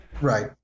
right